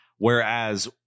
Whereas